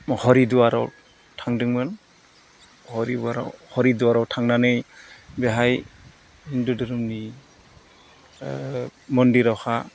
हरिदुवाराव थांदोंमोन हरिदुवाराव थांनानै बेहाय हिन्दु धोरोमनि मन्दिरावहा